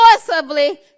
forcibly